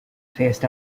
phased